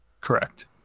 Correct